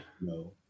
No